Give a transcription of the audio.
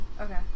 Okay